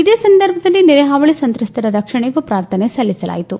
ಇದೇ ಸಂದರ್ಭದಲ್ಲಿ ನೆರೆ ಹಾವಳಿ ಸಂತ್ರಸ್ತರ ರಕ್ಷಣೆಗೂ ಪ್ರಾರ್ಥನೆ ಸಲ್ಲಿಸಲಾಯಿತು